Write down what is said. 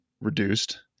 reduced